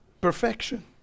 Perfection